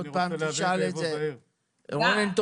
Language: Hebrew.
אם אני